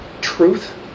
Truth